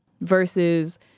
versus